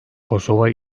kosova